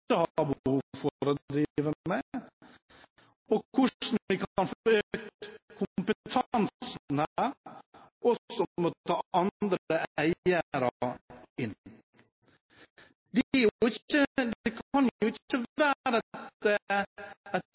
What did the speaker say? ikke har behov for å drive med, og hvordan vi kan få økt kompetansen ved å ta andre eiere inn. Det kan ikke være et